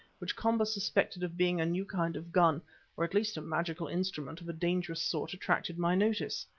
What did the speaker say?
which komba suspected of being a new kind of gun or at least a magical instrument of a dangerous sort, attracted my notice.